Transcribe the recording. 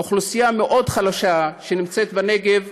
אוכלוסייה מאוד חלשה שנמצאת בנגב,